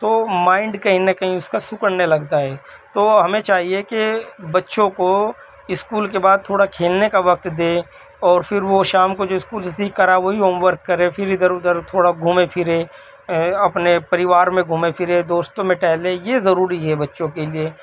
تو مائنڈ کہیں نہ کہیں اس کا سکڑنے لگتا ہے تو ہمیں چاہیے کہ بچوں کو اسکول کے بعد تھوڑا کھیلنے کا وقت دیں اور پھر وہ شام کو جو اسکول سے سیکھ کر آیا ہے وہی ہوم ورک کرے پھر ادھر ادھر تھوڑا گھومے پھرے اپنے پریوار میں گھومے پھرے دوستوں میں ٹہلے یہ ضروری ہے بچوں کے لیے